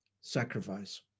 sacrifice